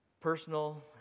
personal